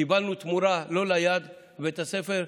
קיבלנו תמורה לא ליד, לבית הספר.